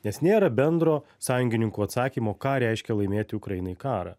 nes nėra bendro sąjungininkų atsakymo ką reiškia laimėti ukrainai karą